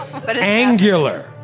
Angular